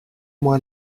moi